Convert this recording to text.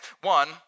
One